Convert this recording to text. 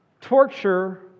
torture